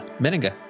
Meninga